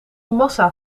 massa